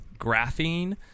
Graphene